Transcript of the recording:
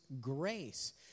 grace